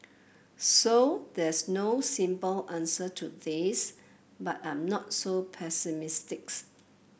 so there's no simple answer to this but I'm not so pessimistic